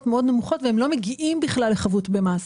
הן מאוד נמוכות והם לא מגיעים בכלל לחבות במס.